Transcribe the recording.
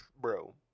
bro